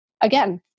again